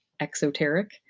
exoteric